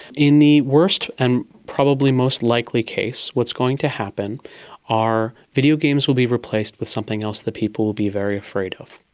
in the worst and probably most likely case, what's going to happen are videogames will be replaced with something else that people will be very afraid of.